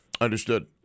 Understood